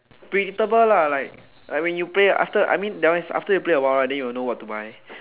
predictable lah like when you play after I mean that one is you play after a while right then you know what to buy